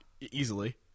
Easily